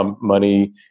money